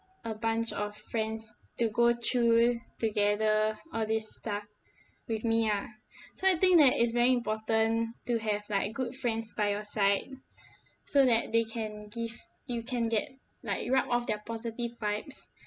a bunch of friends to go through together all this stuff with me ah so I think that it's very important to have like good friends by your side so that they can give you can get like rub off their positive vibes